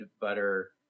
butter